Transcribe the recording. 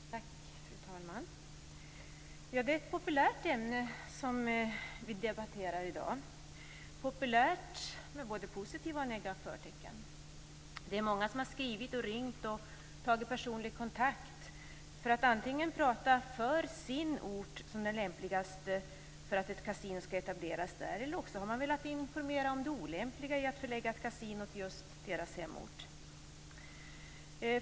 Fru talman! Det är ett populärt ämne som vi debatterar i dag. Populärt med både positiva och negativa förtecken. Det är många som har skrivit, ringt och tagit personlig kontakt för att antingen prata för sin ort som den lämpligaste för att ett kasino skall etableras där, eller också har man velat informera om det olämpliga i att förlägga ett kasino till just deras hemort.